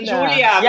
Julia